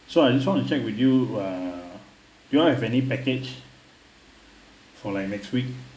so I just want to check with you uh you all have any package for like next week